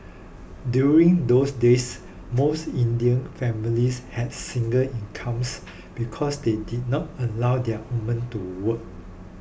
during those days most Indian families has single incomes because they did not allow their women to work